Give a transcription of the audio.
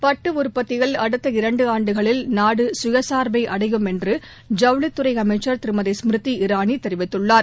பட்டு உற்பத்தியில் அடுத்த இரண்டு ஆண்டுகளில் நாடு கயசார்பை அடையும் என்று ஜவுளித்துறை அமைச்சர் திருமதி ஸ்மிருத்தி இராணி தெரிவித்துள்ளார்